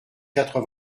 quatre